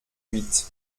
huit